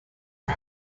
are